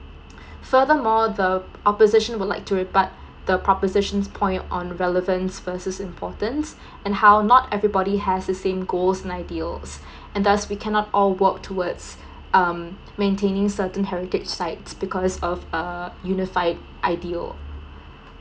furthermore the opposition would like to rebut the proposition's point on relevance verses importance and how not everybody has the same goals and ideals and thus we cannot all work towards um maintaining certain heritage site because of uh unified ideal